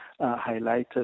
highlighted